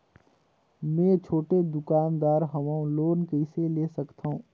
मे छोटे दुकानदार हवं लोन कइसे ले सकथव?